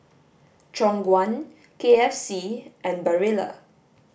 Khong Guan K F C and Barilla